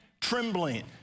trembling